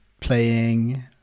playing